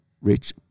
Rich